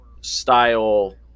style